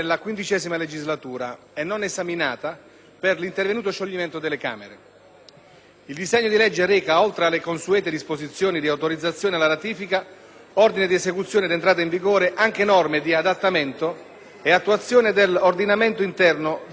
Il disegno di legge reca, oltre alle consuete disposizioni di autorizzazione alla ratifica, ordine di esecuzione ed entrata in vigore, anche norme di adattamento e attuazione nell'ordinamento interno dei contenuti del II Protocollo della Convenzione dell'Aja per la